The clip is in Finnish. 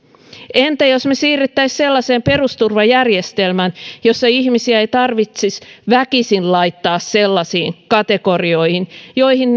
entä jos me siirtyisimme sellaiseen perusturvajärjestelmään jossa ihmisiä ei tarvitsisi väkisin laittaa sellaisiin kategorioihin joihin